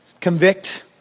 convict